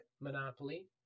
monopoly